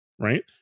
right